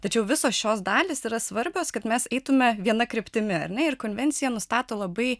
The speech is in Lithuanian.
tačiau visos šios dalys yra svarbios kad mes eitume viena kryptimi ar ne ir konvencija nustato labai